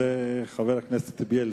חבר הכנסת בילסקי,